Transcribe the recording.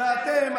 ואתם,